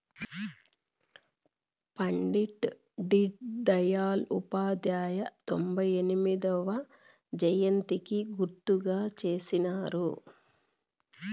పండిట్ డీన్ దయల్ ఉపాధ్యాయ తొంభై ఎనిమొదవ జయంతికి గుర్తుగా చేసినారు